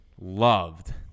loved